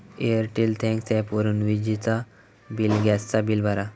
Airtel thanks ॲपवरून विजेचा bill, gas चा बिल भरा